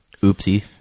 Oopsie